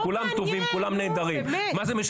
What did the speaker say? זה לא מעניין, נו, באמת.